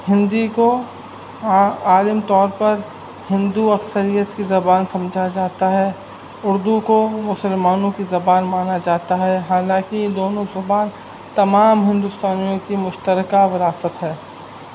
ہندی کو عالم طور پر ہندو اکثریت کی زبان سمجھا جاتا ہے اردو کو مسلمانوں کی زبان مانا جاتا ہے حالانکہ دونوں زبان تمام ہندوستانیوں کی مشترکہ وراثت ہے